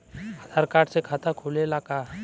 आधार card से खाता खुले ला का?